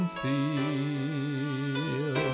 feel